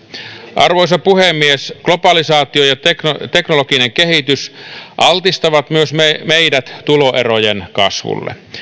arvoisa puhemies globalisaatio ja teknologinen teknologinen kehitys altistavat myös meidät meidät tuloerojen kasvulle